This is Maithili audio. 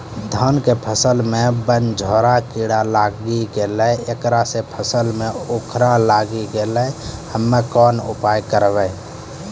धान के फसलो मे बनझोरा कीड़ा लागी गैलै ऐकरा से फसल मे उखरा लागी गैलै हम्मे कोन उपाय करबै?